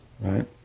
right